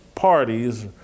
parties